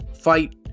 fight